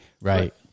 Right